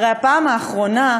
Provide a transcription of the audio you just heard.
הרי הפעם האחרונה,